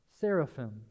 Seraphim